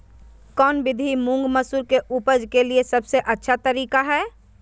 कौन विधि मुंग, मसूर के उपज के लिए सबसे अच्छा तरीका है?